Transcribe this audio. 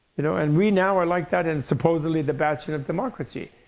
you know and we now are like that in supposedly the bastion of democracy.